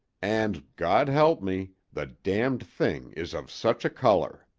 and, god help me! the damned thing is of such a color!